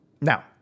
Now